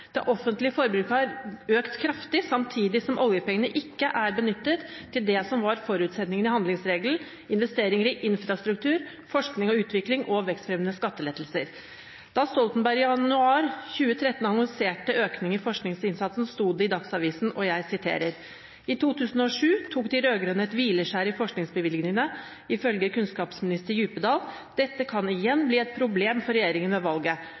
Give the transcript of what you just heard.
Det offentlige forbruket har økt kraftig, samtidig som oljepengene ikke er benyttet til det som var forutsetningen i handlingsregelen: investeringer i infrastruktur, forskning og utvikling og vekstfremmende skattelettelser. Da Stoltenberg i januar 2013 annonserte økning i forskningsinnsatsen, sto det i Dagsavisen: «I 2007 tok de rød-grønne et «hvileskjær» i forskningsbevilgningene, ifølge tidligere kunnskapsminister Djupedal . Dette kan igjen bli et problem for regjeringen ved valget. Løftene som statsministeren kom med